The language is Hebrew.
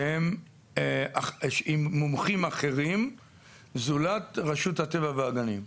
שהם מומחים אחרים זולת רשות הטבע והגנים?